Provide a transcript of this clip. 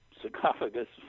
sarcophagus